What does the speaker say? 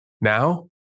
Now